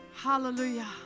Hallelujah